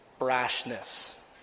brashness